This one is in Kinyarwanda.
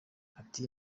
ati